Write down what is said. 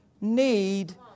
need